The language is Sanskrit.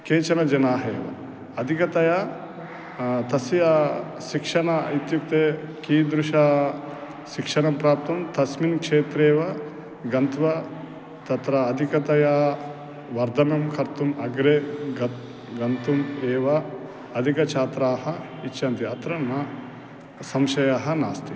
केचनजनाः एव अधिकतया तस्य शिक्षणम् इत्युक्ते कीदृशं शिक्षणं प्राप्तुं तस्मिन् क्षेत्रेव गत्वा तत्र अधिकतया वर्धनं कर्तुम् अग्रे ग गन्तुम् एव अधिकाः छात्राः इच्छन्ति अत्र न संशयः नास्ति